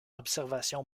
observation